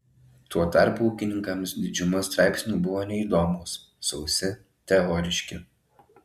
tuo tarpu ūkininkams didžiuma straipsnių buvo neįdomūs sausi teoriški